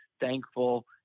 thankful